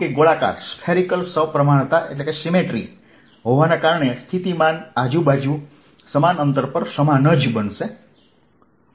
જો કે ગોળાકાર સપ્રમાણતા હોવાને કારણે સ્થિતિમાન આજુબાજુ સમાન અંતર પર સમાન જ બનશે